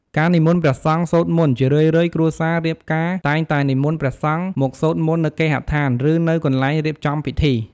ការនិមន្តព្រះសង្ឃសូត្រមន្ត ជារឿយៗ គ្រួសាររៀបការតែងតែនិមន្តព្រះសង្ឃមកសូត្រមន្តនៅគេហដ្ឋាន ឬនៅកន្លែងរៀបចំពិធី។